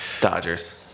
Dodgers